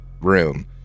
room